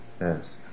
Yes